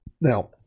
Now